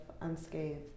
unscathed